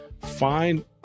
find